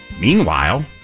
meanwhile